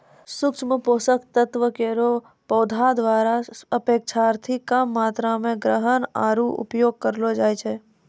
सूक्ष्म पोषक तत्व केरो पौधा द्वारा अपेक्षाकृत कम मात्रा म ग्रहण आरु उपयोग करलो जाय छै